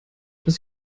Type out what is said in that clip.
dass